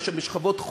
מאשר בשכבות חול.